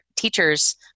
teacher's